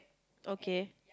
okay